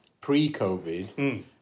pre-COVID